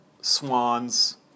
swans